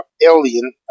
alien